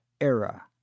era